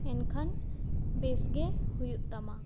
ᱮᱱᱠᱷᱟᱱ ᱵᱮᱥ ᱜᱮ ᱦᱩᱭᱩᱜ ᱛᱟᱢᱟ